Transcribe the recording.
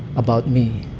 about me